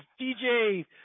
dj